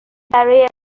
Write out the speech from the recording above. برای